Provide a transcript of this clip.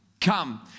Come